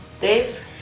Dave